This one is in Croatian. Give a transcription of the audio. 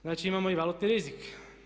Znači imamo i valutni rizik.